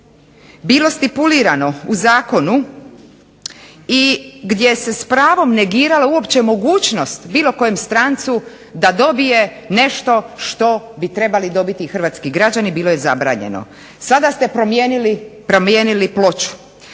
bilo stipulirano u zakonu i gdje se s pravom negirala uopće mogućnost bilo kojem strancu da dobije nešto što bi trebali dobiti hrvatski građani bilo je zabranjeno. Sada ste promijenili ploču.